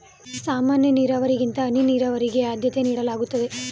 ಸಾಮಾನ್ಯ ನೀರಾವರಿಗಿಂತ ಹನಿ ನೀರಾವರಿಗೆ ಆದ್ಯತೆ ನೀಡಲಾಗುತ್ತದೆ